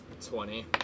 twenty